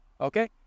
Okay